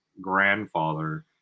grandfather